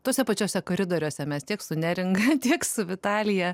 tuose pačiuose koridoriuose mes tiek su neringa tiek su vitalija